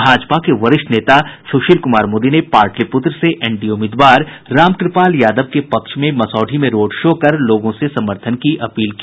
भाजपा के वरिष्ठ नेता सुशील कुमार मोदी ने पाटलिप्त्र से एनडीए उम्मीदवार रामकृपाल यादव के पक्ष में मसौढ़ी में रोड शो कर लोगों से समर्थन की अपील की